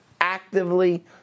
actively